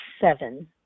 seven